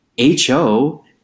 HO